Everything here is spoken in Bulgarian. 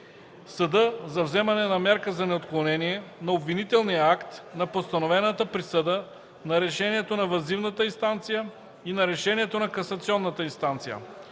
съда за вземане на мярка за неотклонение, на обвинителния акт, на постановената присъда, на решението на въззивната инстанция и на решението на касационната инстанция.